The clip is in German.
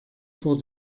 vor